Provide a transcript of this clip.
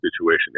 situation